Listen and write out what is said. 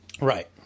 Right